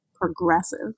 progressive